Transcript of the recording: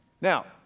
Now